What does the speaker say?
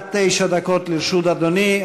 עד תשע דקות לרשות אדוני.